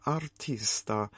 artista